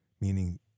meaning